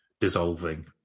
dissolving